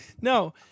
No